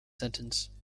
sentence